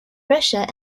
russia